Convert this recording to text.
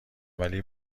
ولی